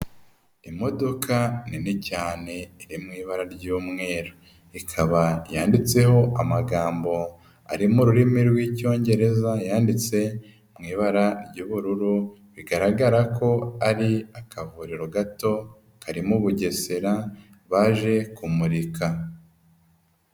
Imodoka nini cyane iri mu ibara ry'umweru, ikaba yanditseho amagambo ari mu ururimi rw'Icyongereza yanditse mu ibara ry'ubururu, bigaragara ko ari akavuriro gato kari mu Bugesera baje kumurika.